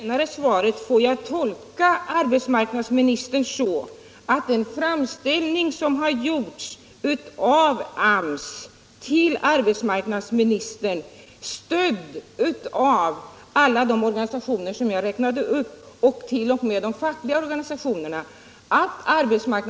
Herr talman! Jag får tolka det senaste svaret så, att arbetsmarknadsministern inte kommer att bifalla den framställning som gjorts från AMS till arbetsmarknadsministern — en framställning stödd av alla de organisationer som jag räknade upp och t.o.m. fackliga organisationer.